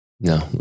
No